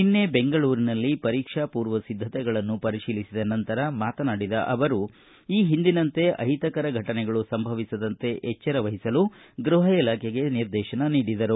ನಿನ್ನೆ ಬೆಂಗಳೂರಿನಲ್ಲಿ ನಡೆದ ಪರೀಕ್ಷಾ ಪೂರ್ವ ಸಿದ್ದತೆಗಳನ್ನು ಪರಿತೀಲಿಸಿದ ನಂತರ ಮಾತನಾಡಿದ ಅವರು ಈ ಹಿಂದಿನಂತೆ ಅಹಿತಕರ ಫಟನೆಗಳು ಸಂಭವಿಸದಂತೆ ಎಚ್ಚರ ವಹಿಸಲು ಗೃಹ ಇಲಾಖೆಗೆ ನಿರ್ದೇತನ ನೀಡಿದರು